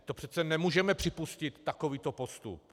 Vždyť přece nemůžeme připustit takovýto postup!